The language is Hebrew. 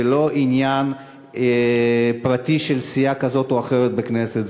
זה לא עניין פרטי של סיעה כזאת או אחרת בכנסת,